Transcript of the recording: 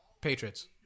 Patriots